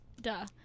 Duh